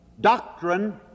doctrine